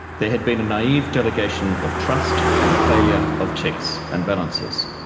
there had been a naive delegation of trust, and a failure of checks and balances.